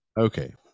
Okay